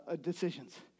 decisions